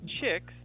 chicks